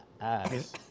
ass